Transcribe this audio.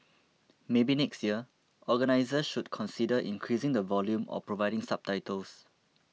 maybe next year organisers should consider increasing the volume or providing subtitles